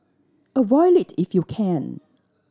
avoid it if you can